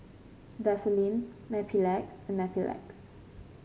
Vaselin Mepilex and Mepilex